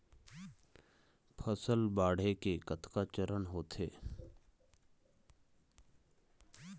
फसल बाढ़े के कतका चरण होथे?